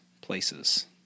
places